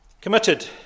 Committed